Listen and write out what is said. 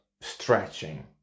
stretching